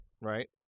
right